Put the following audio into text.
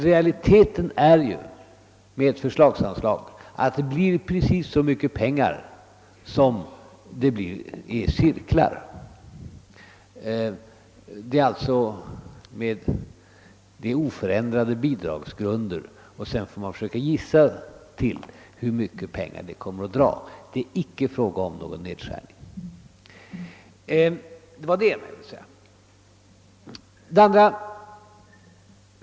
Men det är ett förslagsanslag, vilket i realiteten innebär att det anslås precis så mycket pengar som behövs för att finansiera verksamheten i de cirklar som finns. Bidragsgrunderna är alltså oförändrade. Därutöver får man försöka gissa sig till hur mycket pengar som kommer att gå åt. Det är icke fråga om någon nedskärning. Detta var det ena jag ville säga.